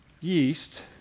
yeast